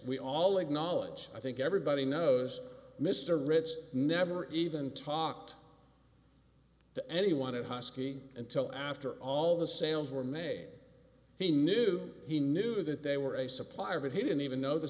we all acknowledge i think everybody knows mr ritz never even talked to anyone at husky until after all the sales were made he knew he knew that they were a supplier but he didn't even know the